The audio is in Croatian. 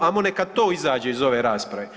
Hajmo neka to izađe iz ove rasprave?